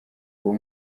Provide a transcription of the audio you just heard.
uwo